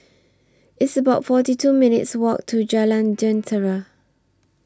It's about forty two minutes' Walk to Jalan Jentera